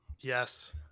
Yes